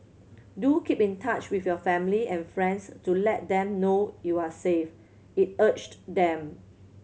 do keep in touch with your family and friends to let them know you are safe it urged them